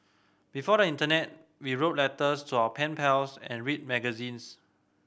before the internet we wrote letters to our pen pals and read magazines